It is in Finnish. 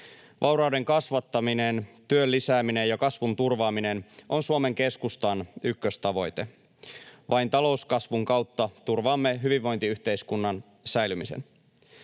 Vaurauden kasvattaminen, työn lisääminen ja kasvun turvaaminen on Suomen Keskustan ykköstavoite. Vain talouskasvun kautta turvaamme hyvinvointiyhteiskunnan säilymisen.